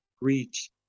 reach